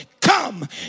come